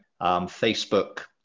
Facebook